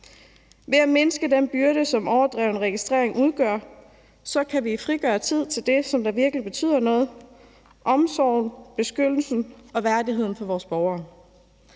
Ved at mindske den byrde, som overdreven registrering udgør, kan vi frigøre tid til det, som virkelig betyder noget, nemlig omsorgen, beskyttelsen og værdigheden for vores borgere.